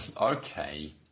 okay